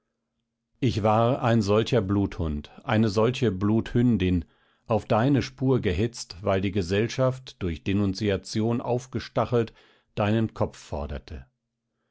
ich war ein solcher bluthund eine solche bluthündin auf deine spur gehetzt weil die gesellschaft durch denunziation aufgestachelt deinen kopf forderte